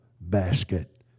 basket